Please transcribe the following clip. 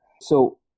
So-